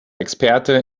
experte